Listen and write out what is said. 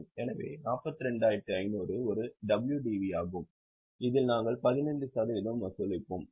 எனவே 42500 ஒரு WDV ஆகும் அதில் நாங்கள் 15 சதவிகிதம் வசூலிப்போம்